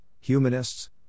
humanists